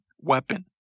weapon